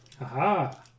Aha